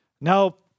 nope